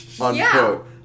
unquote